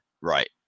right